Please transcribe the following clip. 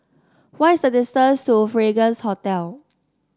what is the distance to Fragrance Hotel